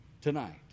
Tonight